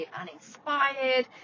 uninspired